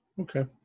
Okay